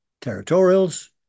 territorials